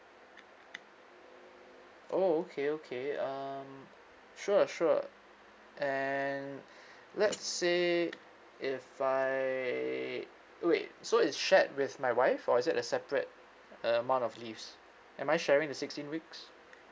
oh okay okay um sure sure and let's say if I wait so it's shared with my wife or is it a separate uh amount of leaves am I sharing the sixteen weeks